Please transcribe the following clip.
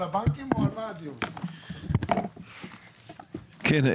כן,